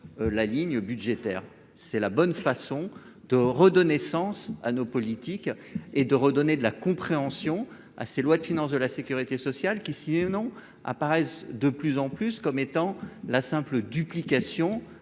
la ligne budgétaire, c'est la bonne façon de redonner sens à nos politiques et de redonner de la compréhension à ses lois de finance de la Sécurité sociale qui sied noms apparaissent de plus en plus comme étant la simple duplication